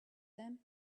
them